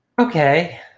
Okay